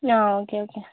ആ okay okay